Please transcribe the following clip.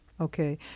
okay